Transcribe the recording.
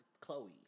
Chloe